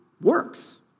works